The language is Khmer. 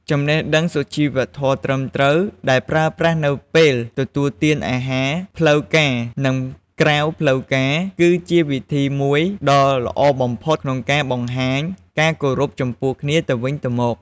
ចំណេះដឹងសុជីវធម៌ត្រឹមត្រូវដែលប្រើប្រាស់នៅពេលទទួលទានអាហារផ្លូវការនិងក្រៅផ្លូវការគឺជាវិធីមួយដ៏ល្អបំផុតក្នុងការបង្ហាញការគោរពចំពោះគ្នាទៅវិញទៅមក។